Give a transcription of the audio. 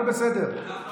הכול בסדר.